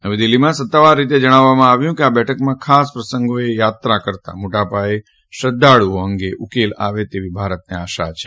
નવી દિલ્હીમાં સત્તાવાર રીતે જણાવ્યું કે આ બેઠકમાં ખાસ પ્રસંગોએ યાત્રા કરતા મોટા પાયે શ્રદ્ધાળુઓ અંગે ઉકેલ આવે તેવી ભારતને આશા છે